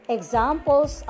Examples